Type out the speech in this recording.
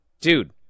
Dude